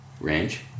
Range